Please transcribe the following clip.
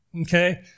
Okay